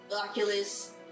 Oculus